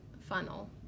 funnel